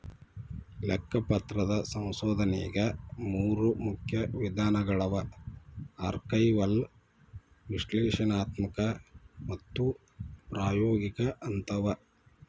ಲೆಕ್ಕಪತ್ರದ ಸಂಶೋಧನೆಗ ಮೂರು ಮುಖ್ಯ ವಿಧಾನಗಳವ ಆರ್ಕೈವಲ್ ವಿಶ್ಲೇಷಣಾತ್ಮಕ ಮತ್ತು ಪ್ರಾಯೋಗಿಕ ಅಂತವ